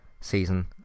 season